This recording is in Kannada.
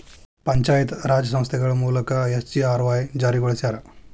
ಪಂಚಾಯತ್ ರಾಜ್ ಸಂಸ್ಥೆಗಳ ಮೂಲಕ ಎಸ್.ಜಿ.ಆರ್.ವಾಯ್ ಜಾರಿಗೊಳಸ್ಯಾರ